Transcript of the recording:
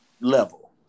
level